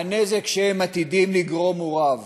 והנזק שהם עתידים לגרום הוא רב.